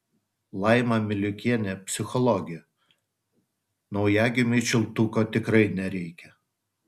laima miliukienė psichologė naujagimiui čiulptuko tikrai nereikia